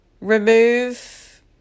remove